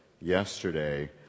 yesterday